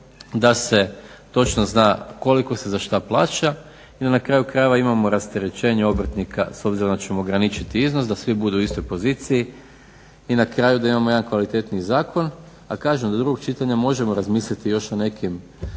da se točno zna koliko se za što plaća jel na kraju krajeva imamo rasterećenje obrtnika s obzirom da ćemo ograničiti iznos da svi budu u istoj poziciji i na kraju da imamo jedan kvalitetniji zakon, a kažem do drugog čitanja možemo razmisliti još o nekim